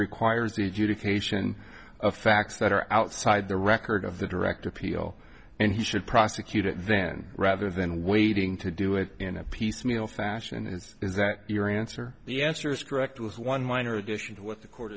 facts that are outside the record of the direct appeal and he should prosecute it then rather than waiting to do it in a piecemeal fashion is is that your answer the answer is correct was one minor addition to what the court